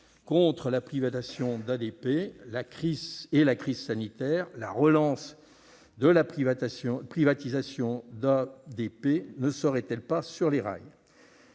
sur la privatisation d'ADP et la crise sanitaire, la relance de cette privatisation ne serait-elle pas sur les rails ?